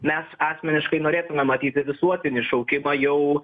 mes asmeniškai norėtume matyti visuotinį šaukimą jau